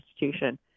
institution